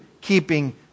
keeping